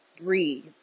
breathe